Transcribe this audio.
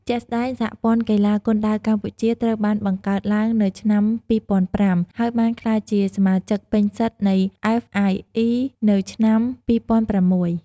ជាក់ស្តែង សហព័ន្ធកីឡាគុនដាវកម្ពុជា ត្រូវបានបង្កើតឡើងនៅឆ្នាំ ២០០៥ ហើយបានក្លាយជាសមាជិកពេញសិទ្ធិនៃ អ្វេស អាយ អុី នៅឆ្នាំ ២០០៦។